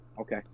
Okay